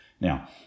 Now